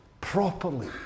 properly